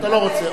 אתה לא רוצה?